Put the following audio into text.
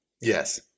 Yes